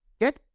get